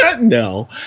No